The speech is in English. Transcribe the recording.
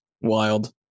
Wild